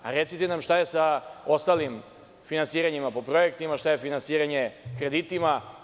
Recite nam šta je sa ostalim finansiranjima po projektima, šta je finansiranje kreditima?